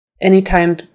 Anytime